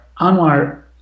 Anwar